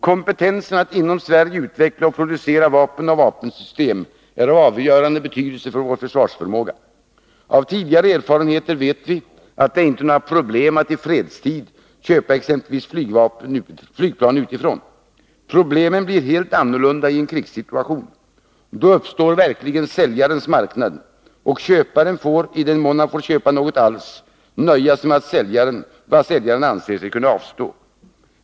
Kompetensen att inom Sverige utveckla och producera vapen och vapensystem är av avgörande betydelse för vår försvarsförmåga. Av tidigare erfarenhet vet vi att det inte är några problem att i fredstid köpa exempelvis flygplan utifrån. Men problemen blir helt annorlunda i en krigssituation. Då uppstår verkligen ”säljarens marknad”, och köparen får, i den mån han får köpa något alls, nöja sig med vad säljaren anser sig kunna avstå från.